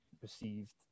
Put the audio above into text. perceived